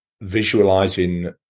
visualizing